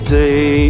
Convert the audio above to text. day